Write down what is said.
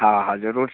हाँ हाँ ज़रूर